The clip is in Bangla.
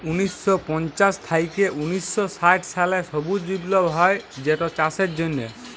উনিশ শ পঞ্চাশ থ্যাইকে উনিশ শ ষাট সালে সবুজ বিপ্লব হ্যয় যেটচাষের জ্যনহে